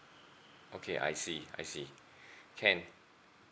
okay I see I see can